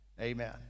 Amen